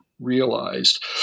realized